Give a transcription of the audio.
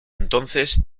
entonces